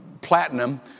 platinum